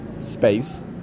space